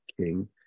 King